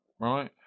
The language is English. right